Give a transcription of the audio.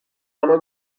همان